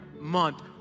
month